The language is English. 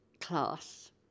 class